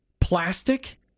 plastic